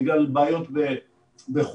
בגלל בעיות בחוקים,